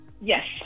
Yes